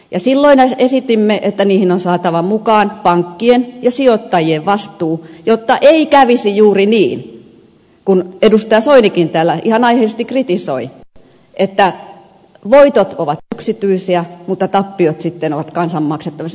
ja silloin esitimme että niihin on saatava mukaan pankkien ja sijoittajien vastuu jotta ei kävisi juuri niin kuin edustaja soinikin täällä ihan aiheellisesti kritisoi että voitot ovat yksityisiä mutta tappiot sitten ovat kansan maksettavissa